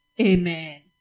Amen